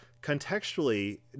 contextually